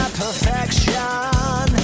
perfection